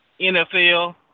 NFL